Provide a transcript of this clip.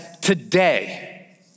today